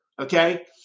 okay